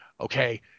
okay